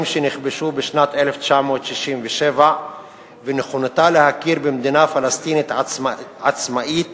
שנכבשו בשנת 1967 ונכונותה להכיר במדינה פלסטינית עצמאית